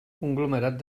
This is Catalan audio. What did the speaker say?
conglomerat